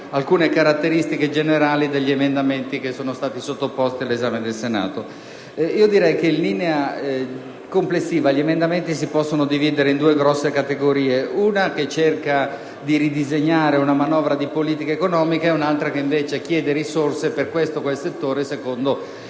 alcune caratteristiche generali degli emendamenti che sono stati sottoposti all'esame del Senato. In linea complessiva, gli emendamenti si possono dividere in due grosse categorie: nella prima si cerca di ridisegnare la manovra di politica economica, nell'altra si chiedono risorse per questo o quel settore secondo le